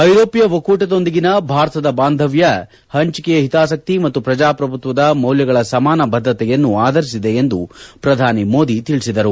ಐರೋಷ್ಣ ಒಕ್ಕೂಟದೊಂದಿಗಿನ ಭಾರತದ ಬಾಂಧವ್ಯವು ಪಂಚಿಕೆಯ ಹಿತಾಸಕ್ತಿ ಮತ್ತು ಪ್ರಜಾಪಭುತ್ತದ ಮೌಲ್ಯಗಳ ಸಮಾನ ಬದ್ದತೆಯನ್ನು ಆಧರಿಸಿದೆ ಎಂದು ಪ್ರಧಾನಿ ಮೋದಿ ತಿಳಿಸಿದರು